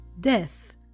death